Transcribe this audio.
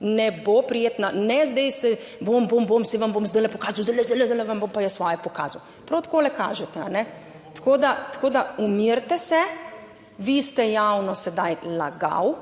ne bo prijetna, ne zdaj se, bom, bom, bom, saj vam bom zdaj pokazal, zdaj, zdaj, zdaj vam bom pa jaz svoje pokazal. Prav takole kažete, tako da tako da umirite se, vi ste javno sedaj lagal